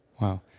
wow